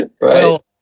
Right